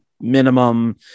minimum